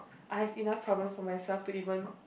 I have enough problem for myself to even